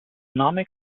name